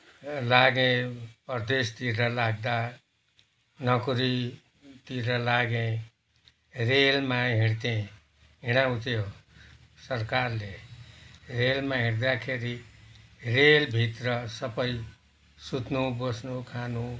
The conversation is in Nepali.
लागेँ परदेशतिर लाग्दा नोकरीतिर लागेँ रेलमा हिँड्थेँ हिँडाउँथ्यो सरकारले रेलमा हिँड्दाखेरि रेलभित्र सबै सुत्नु बस्नु खानु